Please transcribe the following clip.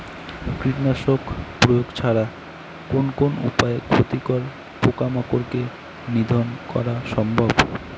কীটনাশক প্রয়োগ ছাড়া কোন কোন উপায়ে ক্ষতিকর পোকামাকড় কে নিধন করা সম্ভব?